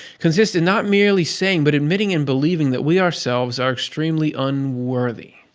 consists in not merely saying but admitting and believing that we ourselves are extremely unworthy.